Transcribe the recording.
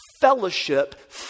fellowship